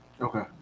okay